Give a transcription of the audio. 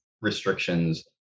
restrictions